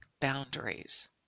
boundaries